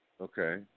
Okay